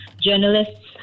journalists